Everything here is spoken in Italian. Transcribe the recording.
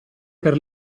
per